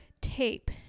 tape